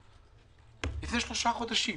לפני שלושה חודשים